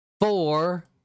four